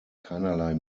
keinerlei